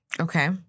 Okay